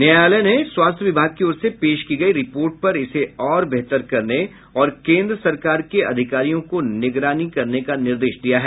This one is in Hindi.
न्यायालय ने स्वास्थ्य विभाग की ओर से पेश की गयी रिपोर्ट पर इसे और बेहतर करने और केन्द्र सरकार के अधिकारियों को निगरानी करने का निर्देश दिया है